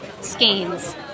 skeins